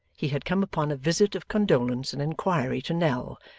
he had come upon a visit of condolence and inquiry to nell,